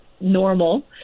normal